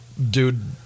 Dude